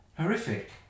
Horrific